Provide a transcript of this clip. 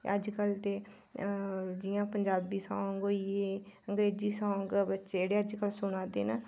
अजकल दे जियां पंजाबी सॉन्ग होई गे अगरेंजी सॉन्ग बच्चे जेह्ड़े अच्छे खासे सुना दे न